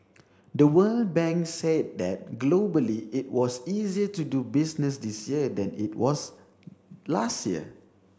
the World Bank said that globally it was easier to do business this year than it was last year